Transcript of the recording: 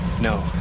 No